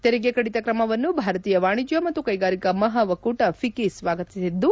ತೆರಿಗೆ ಕಡಿತ ಕ್ರಮವನ್ನು ಭಾರತೀಯ ವಾಣಿಜ್ಞ ಮತ್ತು ಕೈಗಾರಿಕಾ ಮಹಾ ಒಕ್ಕೂಟ ಫಿಕಿ ಸ್ವಾಗತಿಸಿದ್ದು